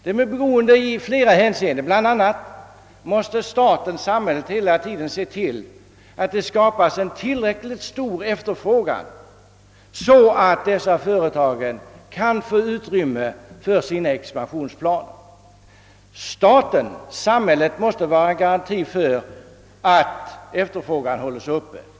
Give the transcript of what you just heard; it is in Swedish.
De är beroende i flera hänseenden; bl.a. måste samhället hela tiden se till att det skapas en tillräckligt stor efterfrågan, så att dessa företag kan få utrymme för sina expansionsplaner, Staten måste garantera att efterfrågan hålles uppe.